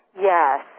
Yes